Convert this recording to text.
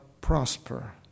prosper